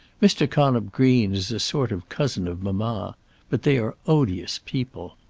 mr. connop green is a sort of cousin of mamma but they are odious people.